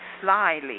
slyly